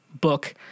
book